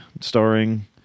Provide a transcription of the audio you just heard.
starring